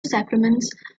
sacraments